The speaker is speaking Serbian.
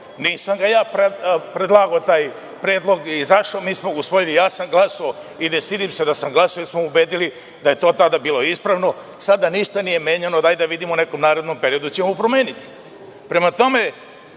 Nisam ja predlagao taj predlog. Mi smo ga usvojili, ja sam glasao i ne stidim se da sam glasao jer su me ubedili da je to tada bilo ispravno. Sada ništa nije menjano i hajde da vidimo da u nekom narednom periodu promenimo. Kada